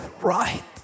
right